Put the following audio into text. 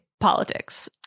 politics